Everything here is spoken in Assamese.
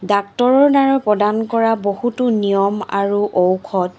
ডাক্তৰৰ দ্বাৰা প্ৰদান কৰা বহুতো নিয়ম আৰু ঔষধ